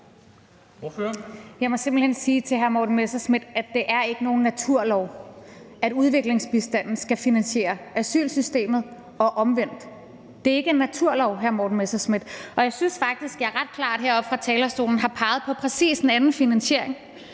Jeg må simpelt hen sige til hr. Morten Messerschmidt, at det ikke er nogen naturlov, at udviklingsbistanden skal finansiere asylsystemet og omvendt. Det er ikke en naturlov, hr. Morten Messerschmidt, og jeg synes faktisk, jeg ret klart heroppe fra talerstolen har peget på præcis den anden finansiering,